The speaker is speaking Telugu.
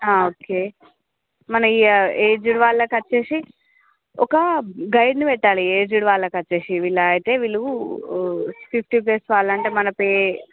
ఓకే మన ఈ ఏజ్డ్ వాళ్ళకు వచ్చేసి ఒక గైడ్ని పెట్టాలి ఏజ్డ్ వాళ్ళకు వచ్చేసి ఇలా అయితే వీళ్ళు ఫిఫ్టీ ప్లస్ వాళ్ళు అంటే మన పే